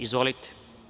Izvolite.